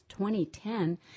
2010